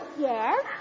Yes